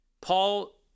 Paul